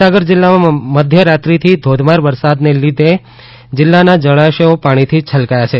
મહીસાગર જિલ્લામાં મધ્ય રાત્રિથી ધોધમાર વરસાદને લઇને જિલ્લાના જળાશયો પાણીથી છલકાયા છે